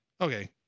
okay